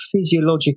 physiological